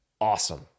awesome